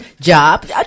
Job